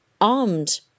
Armed